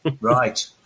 Right